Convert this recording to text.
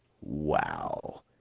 wow